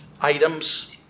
items